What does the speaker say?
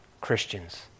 Christians